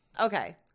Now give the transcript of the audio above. Okay